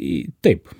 į taip